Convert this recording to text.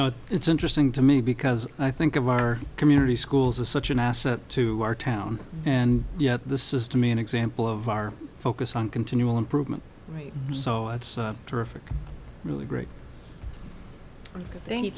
know it's interesting to me because i think of our community schools are such an asset to our town and yet this is to me an example of our focus on continual improvement right so it's terrific really great and then you